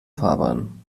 fahrbahn